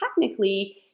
technically